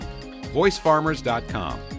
voicefarmers.com